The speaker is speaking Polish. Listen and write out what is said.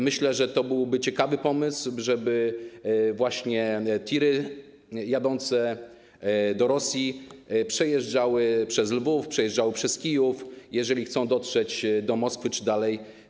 Myślę, że to byłby ciekawy pomysł, żeby właśnie tiry jadące do Rosji przejeżdżały przez Lwów, przez Kijów, jeżeli chcą dotrzeć do Moskwy czy dalej.